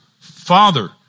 Father